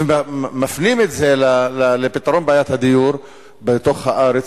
ומפנים את זה לפתרון בעיית הדיור בתוך הארץ,